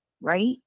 right